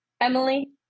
Emily